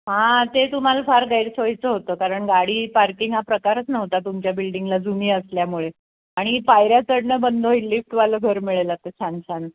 हां ते तुम्हाला फार गैरसोयीचं होतं कारण गाडी पार्किंग हा प्रकारच नव्हता तुमच्या बिल्डिंगला जुनी असल्यामुळे आणि पायऱ्या चढणं बंद होईल लिफ्टवालं घर मिळेल आता छान छान